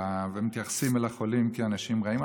והם מתייחסים אל החולים כאנשים רעים.